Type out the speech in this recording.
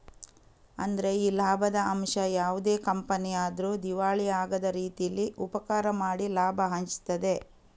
ಅಂದ್ರೆ ಈ ಲಾಭದ ಅಂಶ ಯಾವುದೇ ಕಂಪನಿ ಆದ್ರೂ ದಿವಾಳಿ ಆಗದ ರೀತೀಲಿ ಉಪಕಾರ ಮಾಡಿ ಲಾಭ ಹಂಚ್ತದೆ